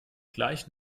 gleich